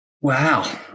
Wow